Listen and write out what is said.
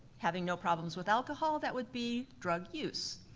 having no problems with alcohol, that would be drug use.